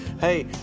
Hey